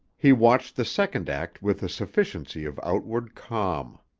he watched the second act with a sufficiency of outward calm.